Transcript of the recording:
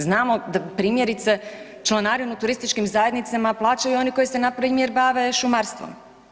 Znamo da primjerice članarinu turističkim zajednicama plaćaju oni koji se npr. bave šumarstvom.